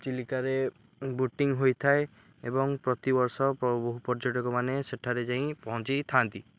ଚିଲିକାରେ ବୋଟିଂ ହୋଇଥାଏ ଏବଂ ପ୍ରତିବର୍ଷ ବହୁ ପର୍ଯ୍ୟଟକମାନେ ସେଠାରେ ଯାଇ ପହଞ୍ଚିଥାନ୍ତି